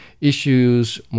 issues